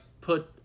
put